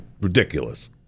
Ridiculous